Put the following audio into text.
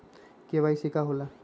KYC का होला?